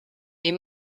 est